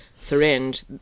syringe